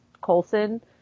Colson